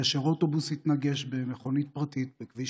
כאשר אוטובוס התנגש במכונית פרטית בכביש